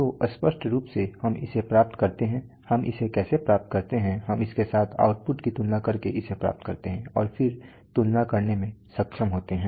तो स्पष्ट रूप से हम इसे प्राप्त करते हैं हम इसे कैसे प्राप्त करते हैं हम उसके साथ आउटपुट की तुलना करके इसे प्राप्त करते हैं और फिर तुलना करने में सक्षम होते हैं